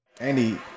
Andy